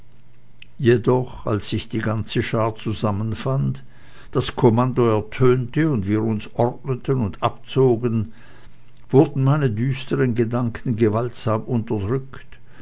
jedoch als sich die ganze schar zusammenfand das kommando ertönte und wir uns ordneten und abzogen wurden meine düsteren gedanken gewaltsam unterdrückt